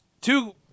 two